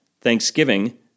Thanksgiving